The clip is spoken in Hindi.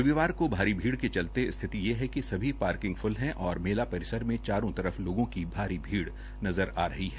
रविवार को भारी भीड़ के चलते स्थिति यह है कि सभी पार्किंग फ्ल हैं और मेला परिसर में चारों तरफ लोगों की भारी भीड़ नजर आ रही है